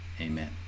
amen